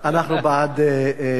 אנחנו בעד, כן.